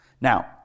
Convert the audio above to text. Now